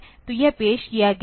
तो यह पेश किया गया है